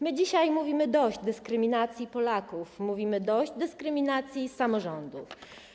My dzisiaj mówimy dość dyskryminacji Polaków, mówmy dość dyskryminacji samorządów.